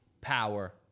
power